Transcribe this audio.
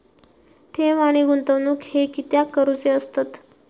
ठेव आणि गुंतवणूक हे कित्याक करुचे असतत?